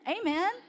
Amen